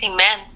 Amen